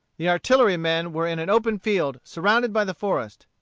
the artillery-men were in an open field surrounded by the forest.